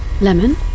Lemon